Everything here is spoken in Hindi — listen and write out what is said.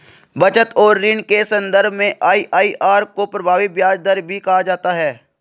बचत और ऋण के सन्दर्भ में आई.आई.आर को प्रभावी ब्याज दर भी कहा जाता है